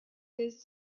his